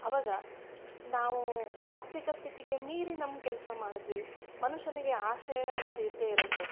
ಅವಾಗ ನಾವು ಆರ್ಥಿಕ ಸ್ಥಿತಿಗೆ ಮೀರಿ ನಮ್ಮ ಕೆಲಸ ಮಾಡಿದ್ವಿ ಮನುಷ್ಯನಿಗೆ ಆಶಯ ಅನ್ನೋದು ಇದ್ದೇ ಇರುತ್ತೆ